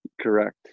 Correct